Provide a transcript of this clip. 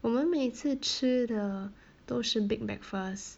我们每次吃的都是 big breakfast